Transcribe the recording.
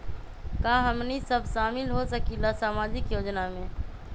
का हमनी साब शामिल होसकीला सामाजिक योजना मे?